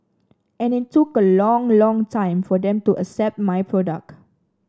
and it took a long long time for them to accept my product